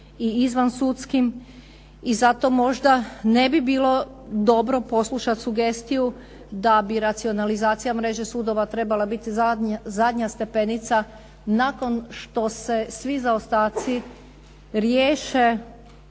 i izvan sudskim. I zato možda ne bi bilo dobro poslušati sugestiju da bi racionalizacija mreže sudova trebala biti zadnja stepenica nakon što se svi zaostaci riješe